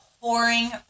pouring